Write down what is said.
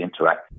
interact